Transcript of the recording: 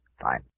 fine